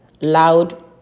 loud